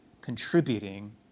contributing